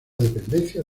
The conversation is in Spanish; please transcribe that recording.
dependencia